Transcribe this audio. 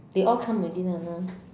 they all come already lah now